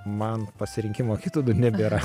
man pasirinkimo kito nebėra